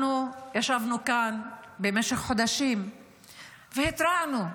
אנחנו ישבנו כאן במשך חודשים והתרענו: